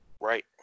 right